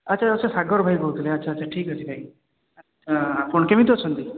ଆଚ୍ଛା ଆଚ୍ଛା ସାଗର ଭାଇ କହୁଥିଲେ ଆଚ୍ଛା ଆଚ୍ଛା ଠିକ୍ ଅଛି ଭାଇ ହଁ ଆପଣ କେମିତି ଅଛନ୍ତି